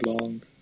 long